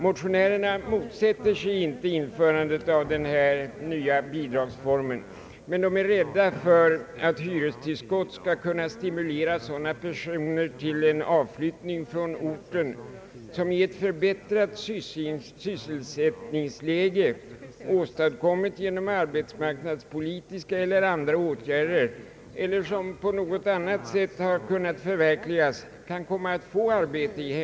Motionärerna motsätter sig inte införandet av denna nya bidragsform men är rädda för att hyrestillskott skall kunna stimulera sådana personer till avflyttning från hemorten, vilka skulle kunna få arbete där i ett förbättrat sysselsättningsläge som åstadkommits genom arbetsmarknadspolitiska eller andra åtgärder eller uppkommit på något annat sätt.